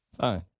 Fine